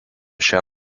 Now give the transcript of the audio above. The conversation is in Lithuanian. šią